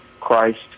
Christ